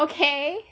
okay